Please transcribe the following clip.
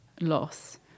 loss